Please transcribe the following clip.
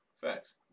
Facts